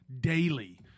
daily